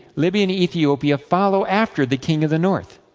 libya and ethiopia follow after the king of the north.